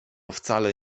wcale